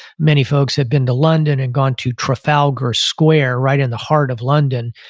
many folks have been to london and gone to trafalgar square, right? in the heart of london.